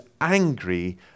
angry